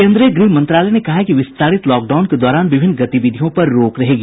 केन्द्रीय गृह मंत्रालय ने कहा है कि विस्तारित लॉकडाउन के दौरान विभिन्न गतिविधियों पर रोक रहेगी